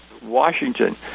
Washington